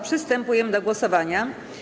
Przystępujemy do głosowania.